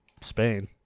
Spain